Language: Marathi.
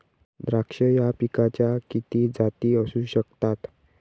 द्राक्ष या पिकाच्या किती जाती असू शकतात?